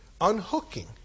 unhooking